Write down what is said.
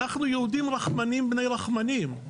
אנחנו יהודים רחמנים בני רחמנים.